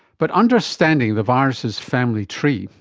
but understanding the virus's family tree,